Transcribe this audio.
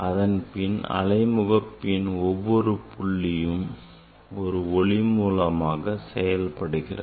இதன்பின் அலை முகப்பின் ஒவ்வொரு புள்ளியும் ஒரு ஒளி மூலமாக செயல்படுகிறது